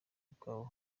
bwawe